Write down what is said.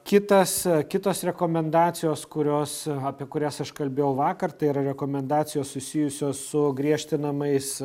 kitas kitos rekomendacijos kurios apie kurias aš kalbėjau vakar tai yra rekomendacijos susijusios su griežtinamais